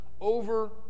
over